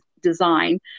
design